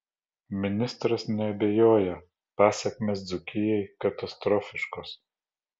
ministras neabejoja pasekmės dzūkijai katastrofiškos